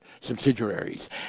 subsidiaries